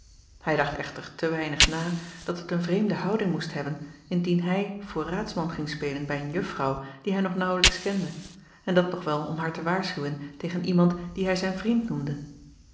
ij dacht echter te weinig na dat het een vreemde houding moest hebben indien hij voor raadsman ging spelen bij een juffrouw die hij nog naauwlijks kende en dat nog wel om haar te waarschuwen tegen iemand dien hij zijn vriend noemde